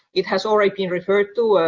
it has already been referred to,